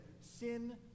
Sin